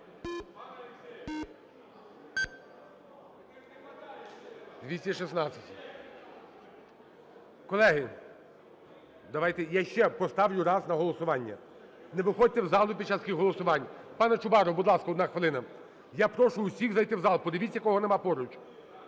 За-216 Колеги, давайте я ще поставлю раз на голосування. Не виходьте з залу під час таких голосувань. Пане Чубаров, будь ласка, одна хвилина. Я прошу всіх зайти в зал, подивіться, кого немає поруч.